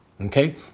Okay